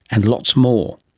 and lots more.